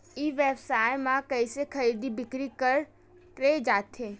ई व्यापार म कइसे खरीदी बिक्री करे जाथे?